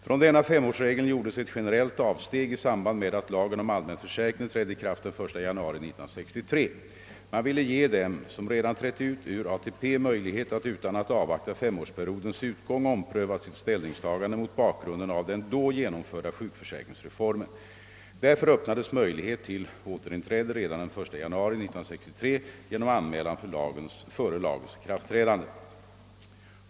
Från denna femårsregel gjordes ett generellt avsteg i samband med att lagen om allmän försäkring trädde i kraft den 1 januari 1963. Man ville ge dem som redan trätt ut ur ATP möjlighet att utan att avvakta femårsperiodens utgång ompröva sitt ställningstagande mot bakgrunden av den då genomförda sjukförsäkringsreformen. Därför öppnades möjlighet till återinträde redan den 1 januari 1963 genom anmälan före lagens ikraftträdande.